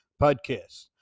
podcast